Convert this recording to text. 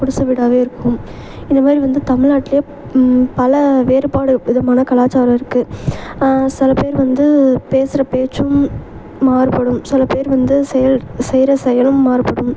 குடிசை வீடாகவே இருக்கும் இது மாதிரி வந்து தமிழ்நாட்டிலே பல வேறுபாடு விதமான கலாச்சாரம் இருக்குது சில பேர் வந்து பேசுகிற பேச்சும் மாறுபடும் சில பேர் வந்து செயல் செய்கிற செயலும் மாறுபடும்